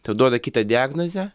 tau duoda kitą diagnozę